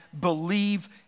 believe